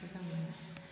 मोजां मोनो